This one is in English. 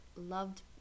loved